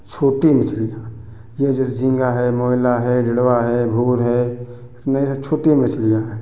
छोटी मछलियाँ ये जैसे झींगा है मोयला है डेढ़वा है भूर है इसमें सब छोटी मछलियाँ हैं